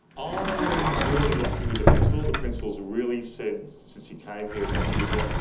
i am really lucky with the principal. the principal has really said since he came here a couple of years ago,